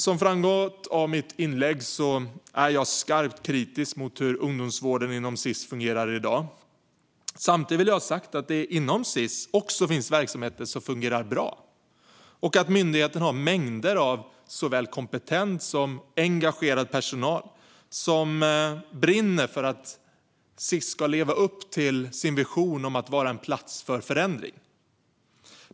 Som framgått av mitt inlägg är jag skarpt kritisk mot hur ungdomsvården inom Sis fungerar i dag. Samtidigt vill jag ha sagt att det inom Sis också finns verksamhet som fungerar bra och att myndigheten har mängder av såväl kompetent som engagerad personal som brinner för att Sis ska leva upp till sin vision om att vara en plats för förändring.